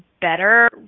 better